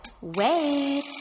wait